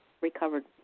recovered